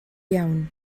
iawn